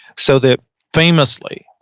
so that famously,